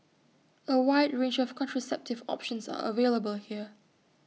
A wide range of contraceptive options are available here